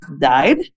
died